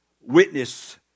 witness